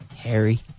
Harry